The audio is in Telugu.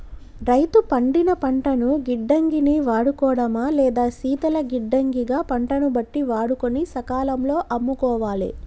రైతు పండిన పంటను గిడ్డంగి ని వాడుకోడమా లేదా శీతల గిడ్డంగి గ పంటను బట్టి వాడుకొని సకాలం లో అమ్ముకోవాలె